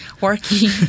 working